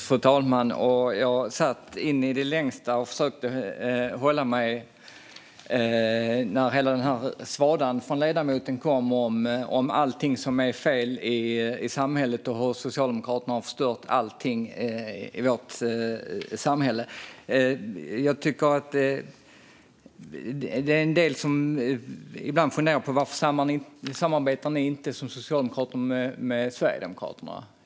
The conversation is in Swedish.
Fru talman! Jag satt in i det längsta och försökte hålla mig när hela den här svadan från ledamoten kom om allting som är fel i samhället och hur Socialdemokraterna har förstört allting i vårt samhälle. Det finns en del som funderar på varför vi som socialdemokrater inte samarbetar med Sverigedemokraterna.